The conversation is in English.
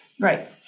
Right